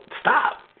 stop